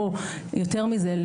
או יותר מזה,